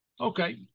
Okay